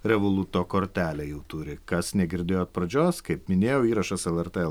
revoluto kortelę jau turi kas negirdėjo pradžios kaip minėjau įrašas lrt